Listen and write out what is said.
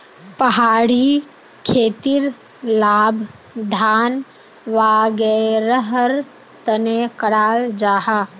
पहाड़ी खेतीर लाभ धान वागैरहर तने कराल जाहा